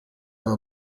are